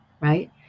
right